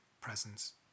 Presence